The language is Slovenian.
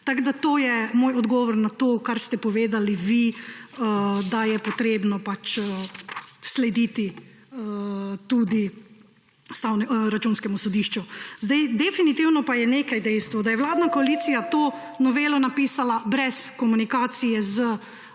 zakonom. To je moj odgovor na to, kar ste povedali vi, da je treba pač slediti tudi Računskemu sodišču. Definitivno pa je nekaj dejstvo, da je vladna koalicija to novelo napisala brez komunikacije in